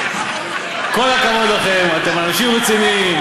כל הכבוד לכם, אתם אנשים רציניים.